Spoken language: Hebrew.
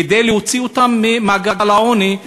כדי להוציא אותם ממעגל העוני.